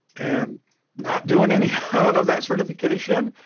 and not doing any of that certification